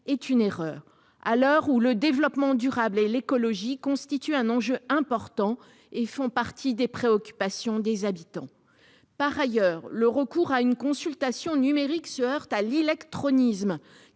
est une erreur, à l'heure où le développement durable et l'écologie constituent un enjeu important et font partie des préoccupations des habitants. Par ailleurs, le recours à une consultation numérique se heurte à l'illectronisme,